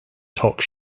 talk